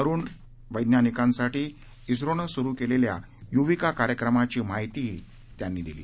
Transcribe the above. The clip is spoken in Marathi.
तरुण वैज्ञानिकांसाठी झोनं सुरु केलेल्या युविका कार्यक्रमाची माहिती त्यांनी दिली